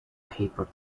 paper